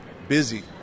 Busy